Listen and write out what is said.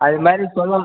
அது மாதிரி சொல்வோம்